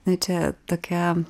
na čia tokia